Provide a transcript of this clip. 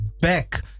back